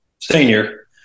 senior